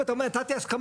אם אתה אומר שנתתי הסכמה,